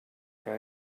que